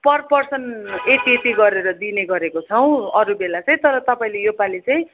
पर person यति यति गरेर दिने गरेको छौँ अरू बेला चाहिँ तर तपाईँले यो पालिचाहिँ